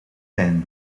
pijn